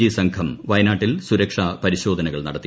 G സംഘം വയനാട്ടിൽ സുരക്ഷാപരിശോധനകൾ നടത്തി